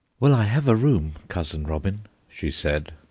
well, i have a room, cousin robin, she said,